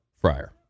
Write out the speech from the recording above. fryer